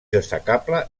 destacable